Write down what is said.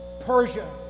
Persia